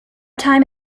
time